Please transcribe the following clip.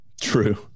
True